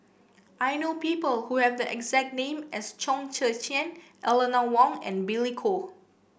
I know people who have the exact name as Chong Tze Chien Eleanor Wong and Billy Koh